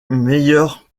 meilleur